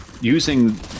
using